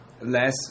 less